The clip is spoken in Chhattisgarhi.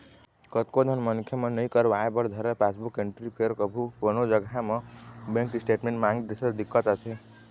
कतको झन मनखे मन नइ करवाय बर धरय पासबुक एंटरी फेर कभू कोनो जघा म बेंक स्टेटमेंट मांग देथे त दिक्कत आथे